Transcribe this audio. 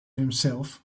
himself